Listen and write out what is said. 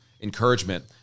encouragement